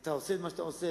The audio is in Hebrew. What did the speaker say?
אתה עושה את מה שאתה עושה,